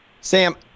Sam